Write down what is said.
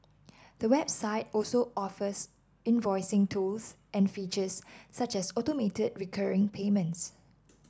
the website also offers invoicing tools and features such as automated recurring payments